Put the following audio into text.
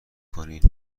کنین